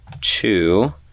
two